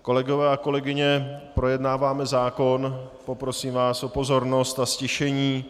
Kolegové a kolegyně, projednáváme zákon, poprosím vás o pozornost a ztišení.